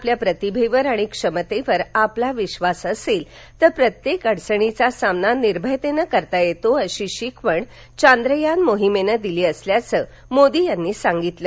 आपल्या प्रतिभेवर आणि क्षमतेवर आपला विश्वास असेल तर प्रत्येक अडचणीचा सामना निर्भयतेनं करता येतो अशी शिकवण चांद्रयान मोहिमेनं दिली असल्याचं मोदी यावेळी म्हणाले